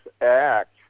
Act